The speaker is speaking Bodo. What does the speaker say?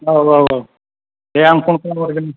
औ औ दे आं फन खालाम हरगोरनि